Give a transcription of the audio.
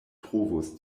trovos